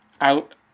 out